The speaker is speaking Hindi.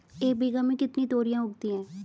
एक बीघा में कितनी तोरियां उगती हैं?